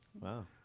Wow